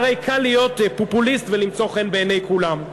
הרי קל להיות פופוליסט ולמצוא חן בעיני כולם.